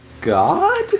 god